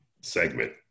segment